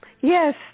Yes